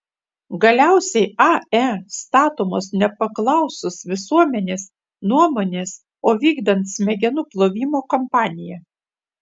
galiausiai ae statomos nepaklausus visuomenės nuomonės o vykdant smegenų plovimo kampaniją